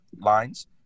lines